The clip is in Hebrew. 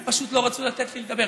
הם פשוט לא רצו לתת לי לדבר.